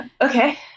okay